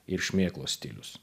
ir šmėklos stilius